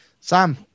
Sam